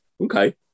okay